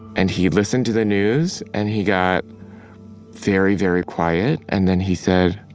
and he listened to the news. and he got very, very quiet. and then he said,